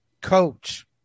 Coach